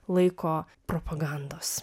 laiko propagandos